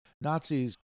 Nazis